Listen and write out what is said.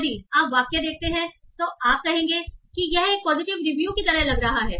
यदि आप वाक्य देखते हैं तो आप कहेंगे कि यह एक पॉजिटिव रिव्यू की तरह लग रहा है